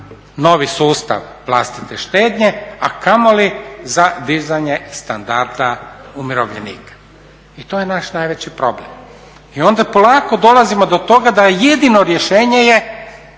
novi sustav vlastite štednje, a kamoli za dizanje standarda umirovljenika i to je naš najveći problem. I onda polako dolazimo do toga da je jedino rješenje je